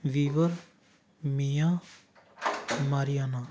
weaver miya mariana